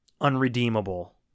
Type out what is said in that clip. unredeemable